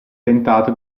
tentato